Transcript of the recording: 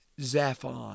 Zaphon